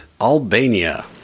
Albania